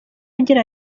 agira